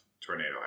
Tornado